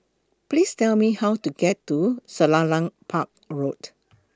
Please Tell Me How to get to Selarang Park Road